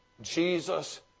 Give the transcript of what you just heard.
Jesus